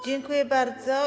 Dziękuję bardzo.